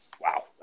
Wow